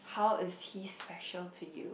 how is he special to you